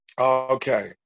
Okay